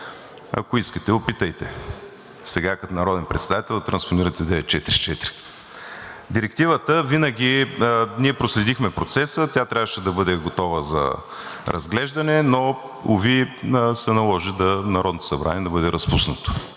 Ако искате, опитайте сега, като народен представител, да транспонирате Директива 944. Директивата винаги – ние проследихме процеса, тя трябваше да бъде готова за разглеждане, но, уви, се наложи Народното събрание да бъде разпуснато.